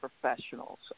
professionals